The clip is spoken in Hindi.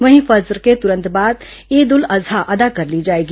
वहीं फजर के तुरंत बाद ईद उल अजहा अदा कर ली जाएगी